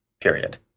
period